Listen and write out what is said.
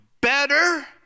Better